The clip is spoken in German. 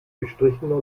gestrichener